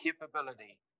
capability